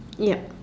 yup